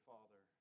Father